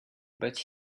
but